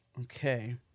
Okay